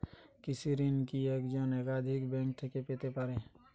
কৃষিঋণ কি একজন একাধিক ব্যাঙ্ক থেকে পেতে পারে?